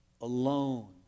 alone